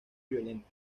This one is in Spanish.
violenta